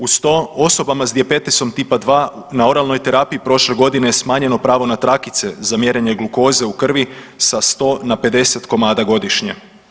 Uz to osobama s dijabetesom tipa-2 na oralnoj terapiji prošle godine je smanjeno pravo na trakice za mjerenje glukoze u krvi sa 100 na 50 komada godišnje.